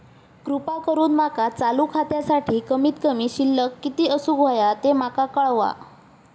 कृपा करून माका चालू खात्यासाठी कमित कमी शिल्लक किती असूक होया ते माका कळवा